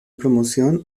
promoción